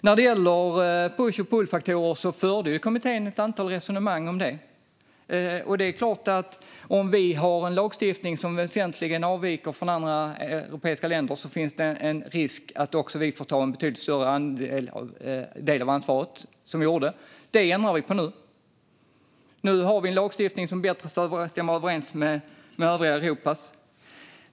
När det gäller push och pullfaktorer förde ju kommittén ett antal resonemang om det. Det är klart att om vi har en lagstiftning som väsentligt avviker från andra europeiska länder finns det en risk att vi också får ta en betydligt större del av ansvaret, vilket vi gjorde. Det ändrar vi på nu. Nu har vi en lagstiftning som bättre stämmer överens med övriga Europas.